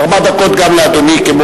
ארבע דקות גם לאדוני.